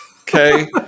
Okay